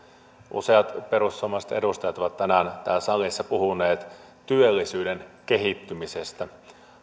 useat perussuomalaiset edustajat ovat tänään täällä salissa puhuneet työllisyyden kehittymisestä